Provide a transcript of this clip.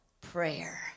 prayer